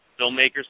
filmmakers